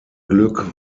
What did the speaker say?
glück